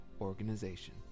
organization